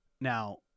Now